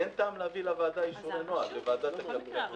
כי אין טעם להביא אישורי נוהל לוועדת הכלכלה.